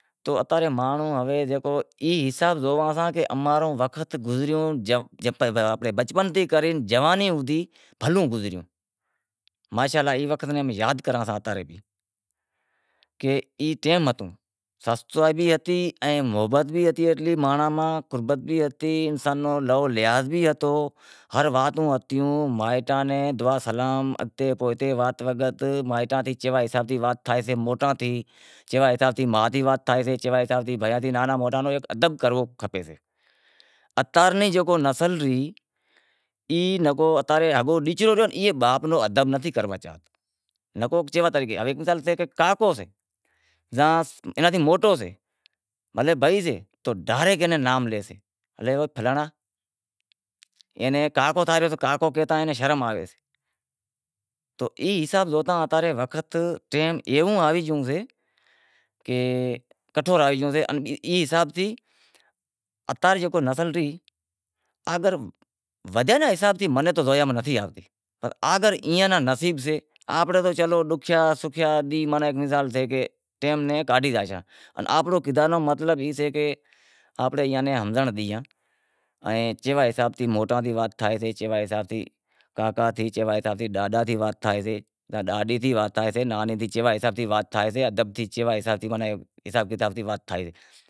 تو اتا رے مانڑو زکو ای حساب زوئاں ساں تو اماں رو وقت گزریو، بچپن تھی کرے جوانی ہوندہی بھلوں گزریوں، ماشا الا ای وقت یاد کراں ساں کہ ای ٹیم ہتو، سستائی بھی ہتی ان محبت بھی ہتی، ای مانڑاں میں قربت بھی ہتی، انسان رو لحاظ بھی ہتو ہر واتوں ہتیوں مائیٹاں میں دعا سلام اگتے پوئتے وات وگت کیوا حساب سیں موٹا سیں وات تھائیسے چیوا حساب سیں ما سیں وات تھائیسے ننہاں موٹاں رو ایک ادب کرووں کھپے، اتا رے جیکو نسل رہی، ای نکو اتاری نسل رہیو ای باپ رو ادب نتھی کرے رہیو، کیوا حساب سیں، مثال کاکو سے زاں اینا سیں موٹو سے پسے بھائی سے تو ڈاریک اینو نام لیسیں، رہیو فلانڑا اینو فلانڑا، اینو کاکو تھئے رہیو تو اینے کاکو کہتا شرم آوی رہیو سے، تو حساب زوتاں وقت ٹیم ایووں آوے گیو سے، کٹھور آوی گیو سے ای حساب تھی اتاں رے جیکو نسل ری وجہ منیں تو زویا میں نتھی آوتو۔ آگر ایئاں ناں نصیب سے آپیں چلو ڈوکھیا سوکھیا ڈینہیں چلو گزارے گیا ٹیم نیں کاڈھی زاشاں، آپیں ایئاں نیں ہمازانڑاں کہ کیوا حساب سیں موٹاں سیں وات تھائیسے، ڈاڈے سیں وات تھائیسے، کاکے سیں وات تھائیسے، ڈاڈی سیں وات تھائیسے، نانی سیں وات تھائیسے۔